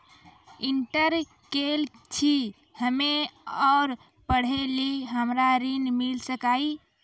Inter केल छी हम्मे और पढ़े लेली हमरा ऋण मिल सकाई?